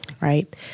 right